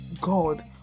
God